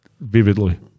vividly